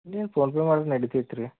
ಇನ್ನೇನು ಫೋನ್ಪೇ ಮಾಡಿದ್ರೆ ನಡಿತೈತಿ ರೀ